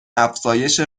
افزایش